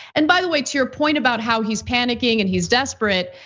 and by the way, to your point about how he's panicking and he's desperate.